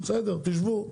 בסדר, תשבו.